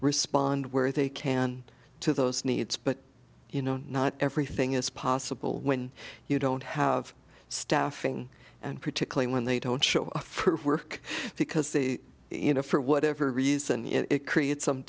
respond where they can to those needs but you know not everything is possible when you don't have staffing and particularly when they don't show up for work because the you know for whatever reason it creates some